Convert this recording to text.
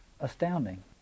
astounding